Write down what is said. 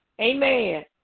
Amen